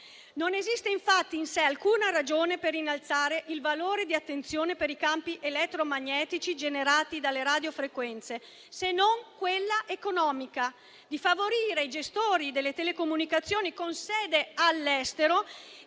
Non esiste infatti in sé alcuna ragione per innalzare il valore di attenzione per i campi elettromagnetici generati dalle radiofrequenze, se non quella economica di favorire i gestori delle telecomunicazioni, con sede all'estero,